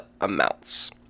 amounts